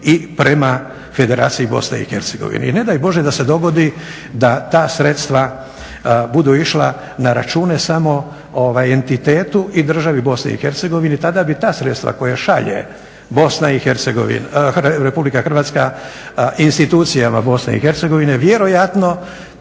i prema Federaciji Bosne i Hercegovini. I ne daj Bože da se dogodi da ta sredstva budu išla na račune samo entitetu i državi bosni i Hercegovini. Tada bi ta sredstva koja šalje Republika Hrvatska institucijama Bosne i Hercegovine vjerojatno